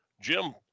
jim